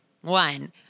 one